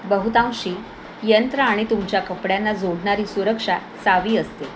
बहुतांशी यंत्र आणि तुमच्या कपड्यांना जोडणारी सुरक्षा चावी असते